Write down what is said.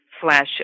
flash